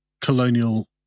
colonial